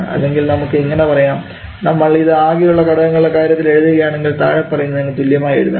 അല്ലെങ്കിൽ നമുക്ക് ഇങ്ങനെ പറയാം നമ്മൾ ഇത് ആകെയുള്ള ഘടകങ്ങളുടെ കാര്യത്തിൽ എഴുതുകയാണെങ്കിൽ താഴെപ്പറയുന്നതിനു തുല്യമായി എഴുതാം